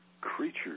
creatures